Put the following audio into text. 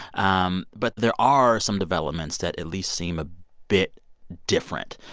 um but there are some developments that at least seem a bit different.